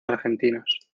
argentinos